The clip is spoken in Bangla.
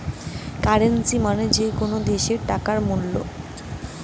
কারেন্সী মানে যে কোনো দ্যাশের টাকার মূল্য